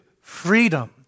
freedom